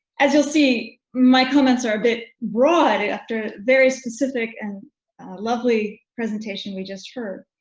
as you'll see my comments are a bit broad after a very specific and lovely presentation. we just heard